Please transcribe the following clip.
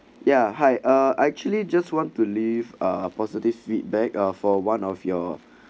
yeah hi uh actually just want to live a positive feedback are for one of your